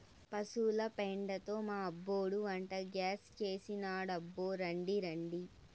పశుల పెండతో మా అబ్బోడు వంటగ్యాస్ చేసినాడబ్బో రాండి రాండి